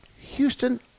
Houston